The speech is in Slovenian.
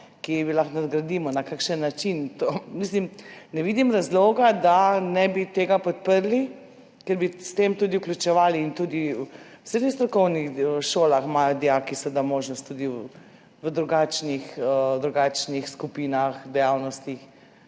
kaj lahko nadgradimo, na kakšen način. Ne vidim razloga, da ne bi tega podprli, ker bi s tem tudi vključevali. In tudi v srednjih strokovnih šolah imajo dijaki možnost tudi v drugačnih skupinah, dejavnostih